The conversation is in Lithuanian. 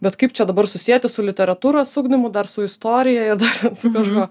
bet kaip čia dabar susieti su literatūros ugdymu dar su istorija ir dar su kažkuo